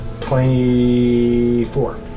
Twenty-four